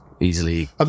easily